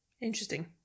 Interesting